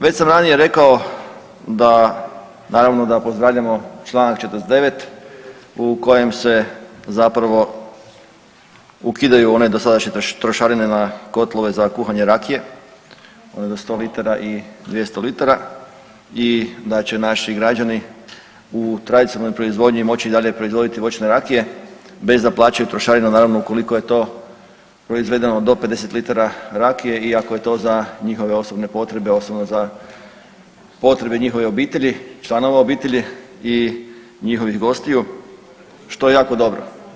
Već sam ranije rekao da, naravno da pozdravljam o članak 49. u kojem se zapravo ukidaju one dosadašnje trošarine na kotlove za kuhanje rakije, onih do 100 litara i 200 litara i da će naši građani u tradicionalnoj proizvodnji moći i dalje proizvoditi voćne rakije bez da plaćaju trošarinu, naravno ukoliko je to proizvedeno do 50 litara rakije i ako je to za njihove osobne potrebe, osnovne potrebe njihove obitelji, članova obitelji i njihovih gostiju što je jako dobro.